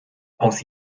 aus